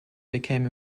became